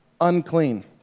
unclean